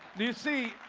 you see?